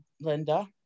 Linda